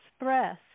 express